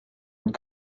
und